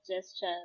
gesture